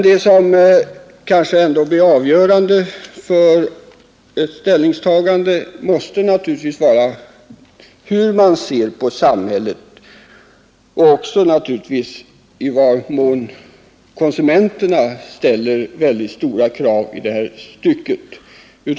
Det som ändå blir avgörande för ett ställningstagande måste naturligtvis vara hur man ser på samhället och även i vad mån konsumenterna ställer stora krav i detta stycke.